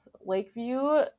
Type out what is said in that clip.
Lakeview